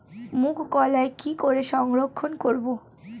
মুঘ কলাই কি করে সংরক্ষণ করব?